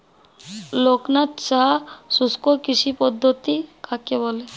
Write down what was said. লোকনাথ সাহা শুষ্ককৃষি পদ্ধতি কাকে বলে?